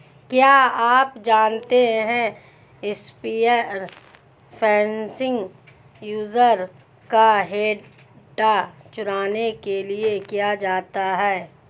क्या आप जानते है स्पीयर फिशिंग यूजर का डेटा चुराने के लिए किया जाता है?